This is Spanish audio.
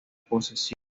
posesión